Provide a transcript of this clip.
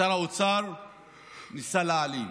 שר האוצר ניסה להעלים.